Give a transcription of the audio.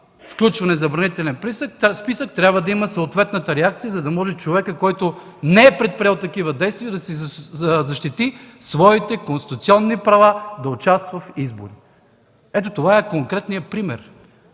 списък, за този списък трябва да има съответната реакция, за да може човекът, който не е предприел такива действия, да си защити своите конституционни права и да участва в изборите. Това е конкретен пример.